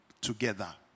together